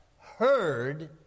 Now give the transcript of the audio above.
heard